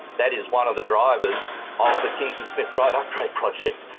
that is one of the drivers of the kingston smith drive upgrade project,